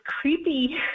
creepy